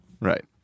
Right